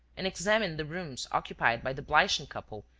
and examined the rooms occupied by the bleichen couple,